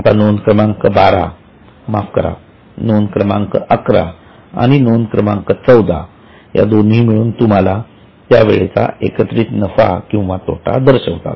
आता नोंद क्रमांक 12 माफ करा नोंद क्रमांक अकरा आणि नोंद क्रमांक 14 या दोन्ही मिळून तुम्हाला त्या वेळेचा एकत्रित नफा किंवा तोटा दर्शवितात